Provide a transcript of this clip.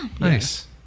Nice